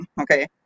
okay